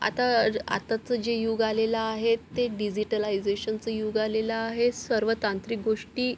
आता आताचं जे युग आलेलं आहे ते डिजिटलायझेशनचं युग आलेलं आहे सर्व तांत्रिक गोष्टी